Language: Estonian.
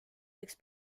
võiks